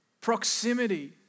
proximity